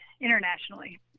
internationally